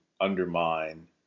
undermine